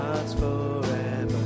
forever